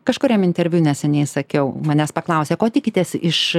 kažkuriam interviu neseniai sakiau manęs paklausė ko tikitės iš